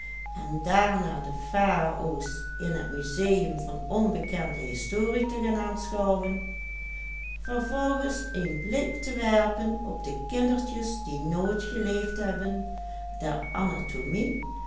te werpen op de kindertjes die nooit geleefd hebben der anatomie